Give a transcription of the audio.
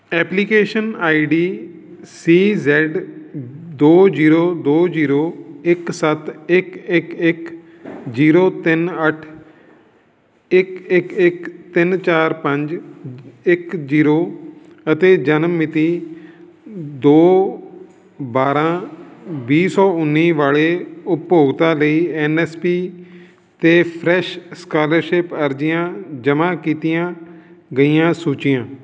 application I D C Z ਦੋ zero ਦੋ zero ਇੱਕ ਸੱਤ ਇੱਕ ਇੱਕ ਇੱਕ ਜੀਰੋ ਤਿੰਨ ਅੱਠ ਇੱਕ ਇੱਕ ਇੱਕ ਤਿੰਨ ਚਾਰ ਪੰਜ ਇੱਕ ਜੀਰੋ ਅਤੇ ਜਨਮ ਮਿਤੀ ਦੋ ਬਾਰਾਂ ਵੀਹ ਸੌ ਉੱਨੀ ਵਾਲੇ ਉਪਭੋਗਤਾ ਲਈ ਐੱਨ ਐੱਸ ਪੀ 'ਤੇ ਫਰੈਸ਼ ਸਕਾਲਰਸ਼ਿਪ ਅਰਜ਼ੀਆਂ ਜਮ੍ਹਾਂ ਕੀਤੀਆਂ ਗਈਆਂ ਸੂਚੀਆਂ